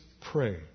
pray